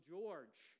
George